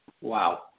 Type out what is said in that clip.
Wow